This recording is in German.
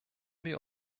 wir